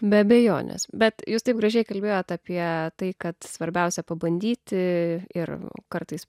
be abejonės bet jūs taip gražiai kalbėjot apie tai kad svarbiausia pabandyti ir kartais